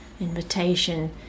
invitation